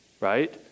right